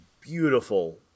beautiful